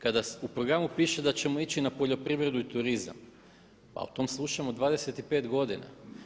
Kada u programu piše da ćemo ići na poljoprivredu i turizam, a o tom slušamo 25 godina.